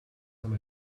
time